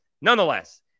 nonetheless